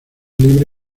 libre